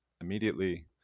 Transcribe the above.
immediately